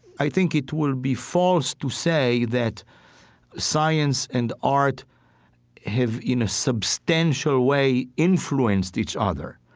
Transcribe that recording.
i think it would be false to say that science and art have, in a substantial way, influenced each other,